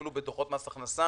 אפילו בדוחות מס הכנסה